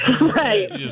Right